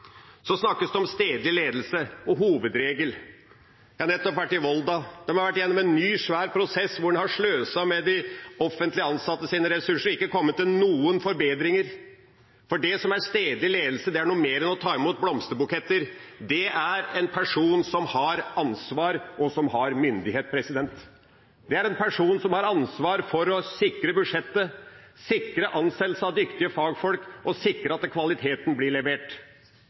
Så snakkes det om stedlig ledelse og hovedregel. Jeg har nettopp vært i Volda. De har vært igjennom en ny, svær prosess, der de har sløst med de offentlig ansattes ressurser og ikke kommet fram til noen forbedringer. For stedlig ledelse er noe mer enn å ta imot blomsterbuketter. Det er at det er en person som har ansvar, og som har myndighet. Det er en person som har ansvar for å sikre budsjettet, sikre ansettelse av dyktige fagfolk og sikre at kvaliteten blir levert.